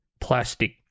plastic